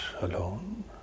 alone